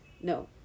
no